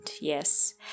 yes